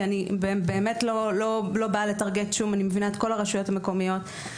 כי באמת אני מבינה את כל הרשויות המקומיות.